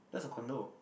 that's a condo